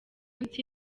munsi